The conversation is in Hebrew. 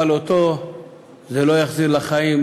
אבל אותו זה לא יחזיר לחיים,